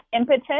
impetus